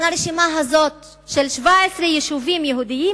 לרשימה הזאת של 17 יישובים יהודיים,